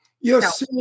Yes